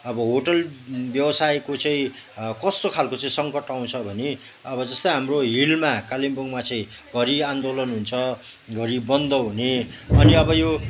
अब होटल व्यवसायको चाहिँ कस्तो खालको चाहिँ सङ्कट आउँछ भने अब जस्तै हाम्रो हिलमा कालिम्पोङमा चाहिँ घरि आन्दोलन हुन्छ घरि बन्द हुने अनि अब यो